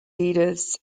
leaders